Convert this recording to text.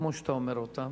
כמו שאתה אומר אותם,